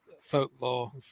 folklore